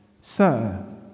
Sir